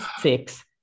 six